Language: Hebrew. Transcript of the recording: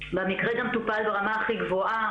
והמקרה גם טופל ברמה הכי גבוהה,